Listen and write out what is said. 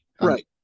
Right